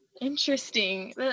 Interesting